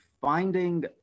finding